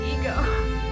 Ego